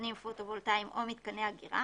מיתקנים פוטו וולטאים או מיתקני אגירה